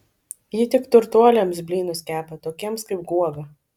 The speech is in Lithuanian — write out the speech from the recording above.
ji tik turtuoliams blynus kepa tokiems kaip guoga